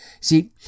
See